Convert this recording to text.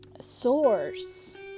source